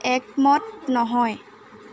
একমত নহয়